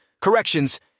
corrections